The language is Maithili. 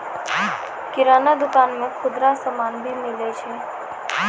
किराना दुकान मे खुदरा समान भी मिलै छै